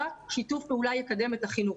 רק שיתוף פעולה יקדם את החינוך.